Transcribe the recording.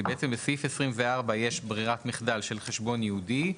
כי בעצם, בסעיף 24 יש ברירת מחדל של חשבון ייעודי.